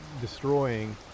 destroying